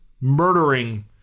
murdering